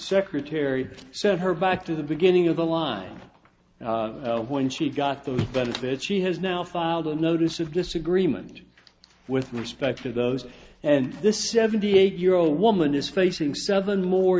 secretary said her back to the beginning of the line when she got those benefits she has now filed a notice of disagreement with respect to those and this seventy eight year old woman is facing seven more